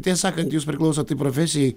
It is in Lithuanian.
tiesą sakant jūs priklausot tai profesijai